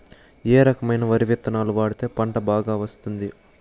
ఏ రకమైన వరి విత్తనాలు వాడితే పంట బాగా వస్తుంది?